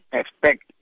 expect